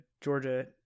Georgia